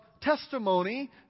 testimony